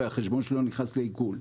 והחשבון שלו נכנס לעיקול.